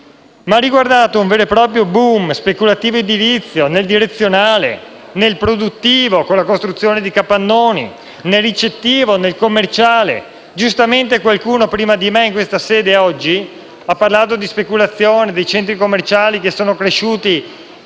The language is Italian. ha riguardato un vero e proprio *boom* speculativo nell'edilizia, nel direzionale, nel produttivo con la costruzione di capannoni, nel ricettivo, nel commerciale. Giustamente qualcuno prima di me in questa sede oggi ha parlato di speculazione dei centri commerciali cresciuti